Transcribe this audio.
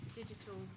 digital